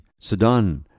Sudan